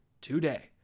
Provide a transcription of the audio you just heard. today